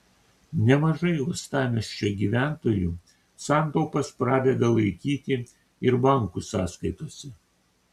nemažai uostamiesčio gyventojų santaupas pradeda laikyti ir bankų sąskaitose